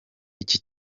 iki